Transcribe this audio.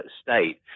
state